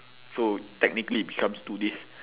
so technically it becomes two days